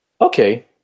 Okay